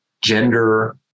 gender